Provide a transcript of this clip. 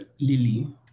Lily